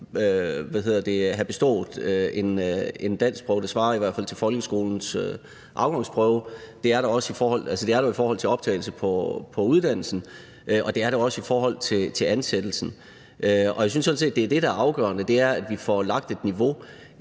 om, at man skal have bestået en danskprøve, der i hvert fald svarer til folkeskolens afgangsprøve. Det er der i forhold til optagelse på uddannelsen, og det er der også i forhold til ansættelsen. Jeg synes sådan set, at det, der er afgørende, er, at vi får lagt et niveau.